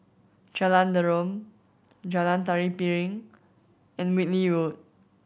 Jalan Derum Jalan Tari Piring and Whitley Road